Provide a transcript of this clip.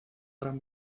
gran